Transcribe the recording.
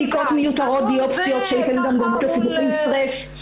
בדיקות מיותרות שגורמות לסיבוכי סטרס.